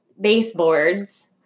baseboards